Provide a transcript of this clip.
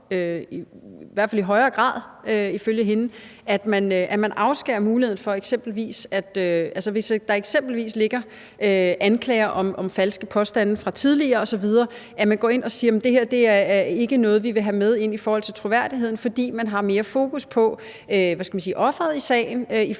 i hvert fald i højere grad ifølge hende – at man afskærer muligheden. Hvis der eksempelvis ligger anklager om falske påstande fra tidligere osv., så går man ind og siger, at det her ikke er noget, man vil have med i forhold til troværdigheden, fordi man mere har fokus på offeret i sagen, i forhold til